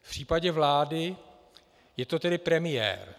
V případě vlády je to tedy premiér.